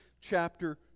chapter